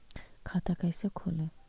खाता कैसे खोले?